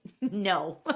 no